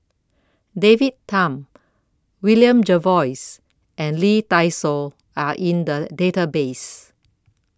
David Tham William Jervois and Lee Dai Soh Are in The Database